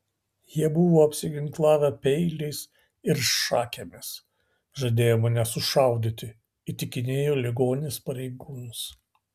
jie buvo apsiginklavę peiliais ir šakėmis žadėjo mane sušaudyti įtikinėjo ligonis pareigūnus